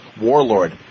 Warlord